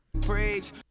Praise